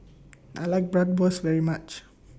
I like Bratwurst very much